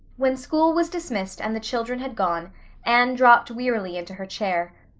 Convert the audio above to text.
when school was dismissed and the children had gone anne dropped wearily into her chair.